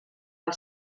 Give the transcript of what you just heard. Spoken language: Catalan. els